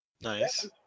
Nice